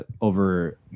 over